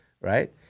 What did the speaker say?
right